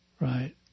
Right